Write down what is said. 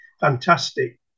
fantastic